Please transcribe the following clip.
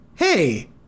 Hey